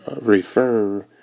refer